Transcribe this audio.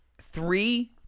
three